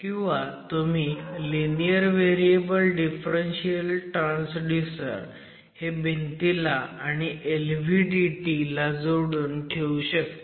किंवा तुम्ही linear variable differential transducer हे भिंतीला आणि LVDT ला जोडून ठेऊ शकता